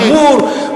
וגמור,